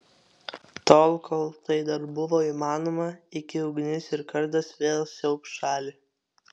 tol kol tai dar buvo įmanoma iki ugnis ir kardas vėl siaubs šalį